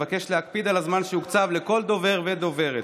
אבקש להקפיד על הזמן שהוקצב לכל דובר ודוברת.